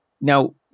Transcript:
Now